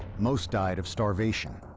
most died of starvation.